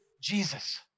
Jesus